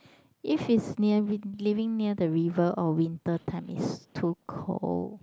if it's near we living near the river on winter time is too cold